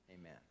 amen